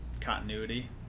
Continuity